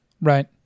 Right